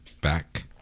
back